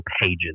pages